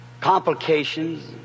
complications